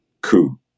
coup